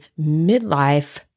midlife